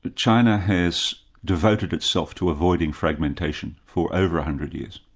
but china has devoted itself to avoiding fragmentation for over a hundred years.